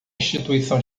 instituição